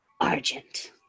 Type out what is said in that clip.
Argent